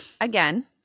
again